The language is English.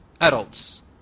adults